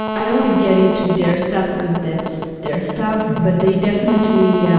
i don't want to get into their stuff because that's their stuff, but they definitely, yeah